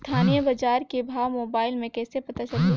स्थानीय बजार के भाव मोबाइल मे कइसे पता चलही?